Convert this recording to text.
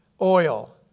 oil